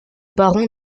baron